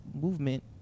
movement